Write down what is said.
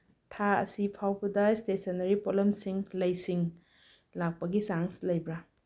ꯊꯥ ꯑꯁꯤ ꯐꯥꯎꯕꯗ ꯏꯁꯇꯦꯁꯅꯔꯤ ꯄꯣꯠꯂꯝꯁꯤꯡ ꯂꯩꯁꯤꯡ ꯂꯥꯛꯄꯒꯤ ꯆꯥꯡꯁ ꯂꯩꯕ꯭ꯔꯥ